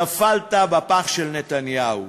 נפלת בפח של נתניהו.